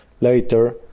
later